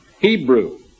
Hebrew